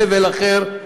זבל אחר,